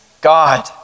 God